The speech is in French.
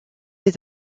est